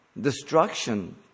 destruction